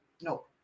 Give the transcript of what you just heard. No